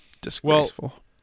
Disgraceful